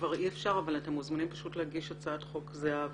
כבר אי אפשר אבל אתם מוזמנים להגיש הצעת חוק זהה